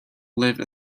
live